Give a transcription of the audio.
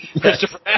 Christopher